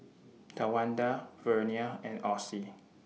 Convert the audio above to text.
Tawanda Vernia and Ossie